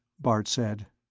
bart said.